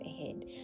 ahead